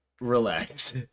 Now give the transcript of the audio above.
relax